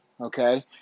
okay